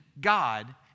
God